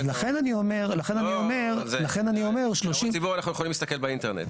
לכן אני אומר 30. הערות ציבור אנחנו יכולים להסתכל באינטרנט.